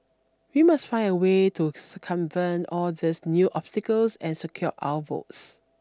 we must find a way to circumvent all these new obstacles and secure our votes